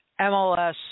MLS